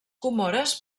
comores